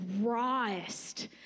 rawest